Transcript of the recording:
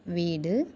வீடு